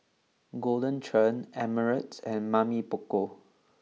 Golden Churn Ameltz and Mamy Poko